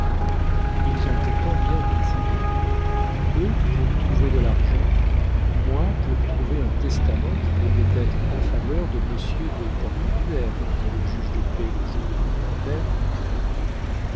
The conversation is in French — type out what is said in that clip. ils ont pourtant bien tout fouillé eux pour trouver de l'argent moi pour trouver un testament qui devait être en faveur de monsieur portenduère dit le juge de paix le jour où l'inventaire fut clos